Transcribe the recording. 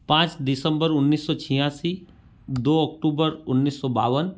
पाँच दिसम्बर उन्नीस सौ छियासी दो ऑक्टूबर उन्नीस सौ बावन